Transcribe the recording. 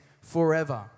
forever